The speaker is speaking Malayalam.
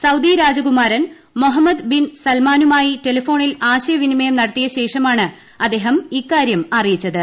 സൌദി രാജകുമാരൻ മൊഹമ്മദ് ബിൻ സൽമാനുമായി ടെലഫോണിൽ ആശയവിനിമയം നടത്തിയ ശേഷമാണ് അദ്ദേഹം ഇക്കാര്യം അറിയിച്ചത്